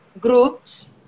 groups